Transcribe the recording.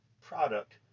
product